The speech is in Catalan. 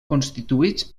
constituïts